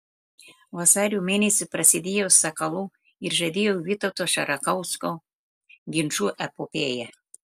vasario mėnesį prasidėjo sakalų ir žaidėjo vytauto šarakausko ginčų epopėja